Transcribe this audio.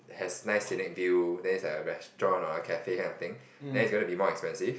has nice scenic view then is like a restaurant or cafe kind of thing then it's gonna be more expensive